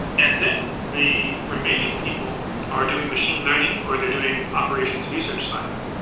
and then the remaining people are doing machine learning or they're doing operations research science,